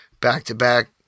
back-to-back